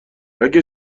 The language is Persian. اگه